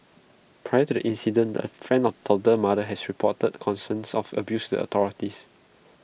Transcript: prior to the incident A friend of the toddler's mother has reported concerns of abuse the authorities